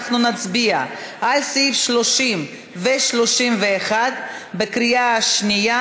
אנחנו נצביע על סעיפים 30 ו-31 בקריאה שנייה.